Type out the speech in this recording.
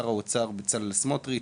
קרן הסיוע עם שר האוצר בצלאל סמוטריץ'.